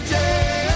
day